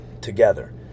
together